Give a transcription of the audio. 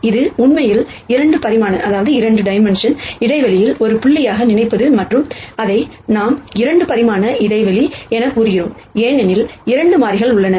இது உண்மையில் 2 பரிமாண இடைவெளியில் ஒரு புள்ளியாக நினைப்பது மற்றும் இதை நாம் 2 பரிமாண இடைவெளி என கூறுகிறோம் ஏனெனில் 2 மாறிகள் உள்ளன